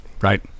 right